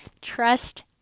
Trust